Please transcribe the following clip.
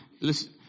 listen